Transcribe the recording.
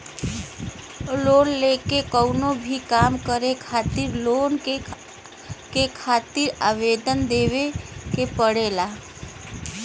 loan लेके कउनो भी काम करे खातिर लोन के खातिर आवेदन देवे के पड़ला